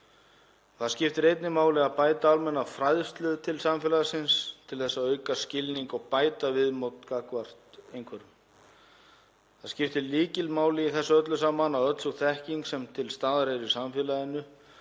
Þá skiptir einnig máli að bæta almenna fræðslu til samfélagsins til að auka skilning og bæta viðmót gagnvart einhverfum. Það skiptir lykilmáli í þessu öllu saman að öll sú þekking sem til staðar er í samfélaginu